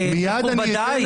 מכובדיי,